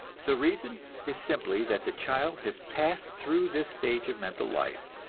the reason is simply that the child has passed through this stage of mental life,